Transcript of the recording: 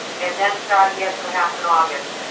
and then start again perhaps in august,